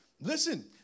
Listen